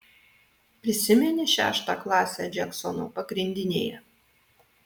prisimeni šeštą klasę džeksono pagrindinėje